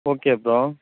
okay bro